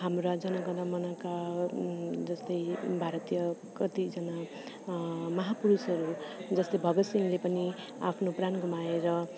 हाम्रा जन गण मनका जस्तै भारतीय कतिजना महापुरूषहरू जस्तै भगत सिंहले पनि आफ्नो प्राण गुमाएर